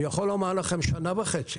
אני יכול לומר לכם ששנה וחצי